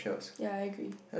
ya I agree